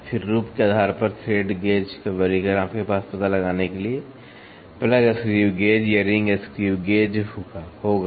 फिर रूप के आधार पर थ्रेड गेज का वर्गीकरण आपके पास पता लगाने के लिए प्लग स्क्रू गेज या रिंग स्क्रू गेज होगा